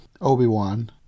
obi-wan